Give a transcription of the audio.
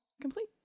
complete